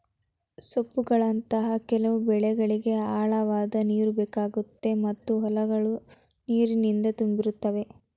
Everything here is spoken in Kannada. ಸೊಪ್ಪುಗಳಂತಹ ಕೆಲವು ಬೆಳೆಗೆ ಆಳವಾದ್ ನೀರುಬೇಕಾಗುತ್ತೆ ಮತ್ತು ಹೊಲಗಳು ನೀರಿನಿಂದ ತುಂಬಿರುತ್ತವೆ